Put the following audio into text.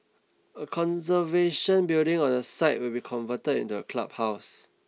a conservation building on the site will be converted into a clubhouse